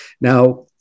Now